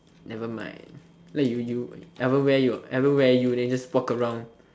nevermind let you you ever wear your ever wear you then you just walk around